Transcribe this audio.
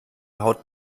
haut